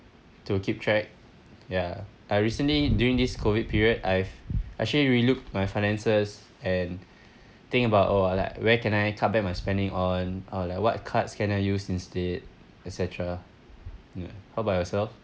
to keep track ya I recently during this COVID period I've actually relooked my finances and think about oh like where can I cut back my spending on or like what cards can I use instead etcetera how about yourself